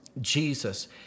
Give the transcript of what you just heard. Jesus